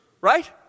Right